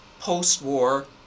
post-war